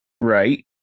Right